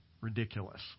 ridiculous